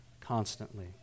constantly